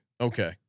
Okay